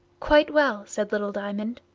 quite well, said little diamond.